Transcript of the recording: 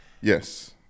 yes